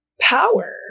power